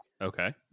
Okay